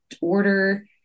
order